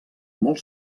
molt